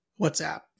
WhatsApp